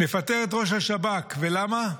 נפטר את ראש השב"כ, ולמה?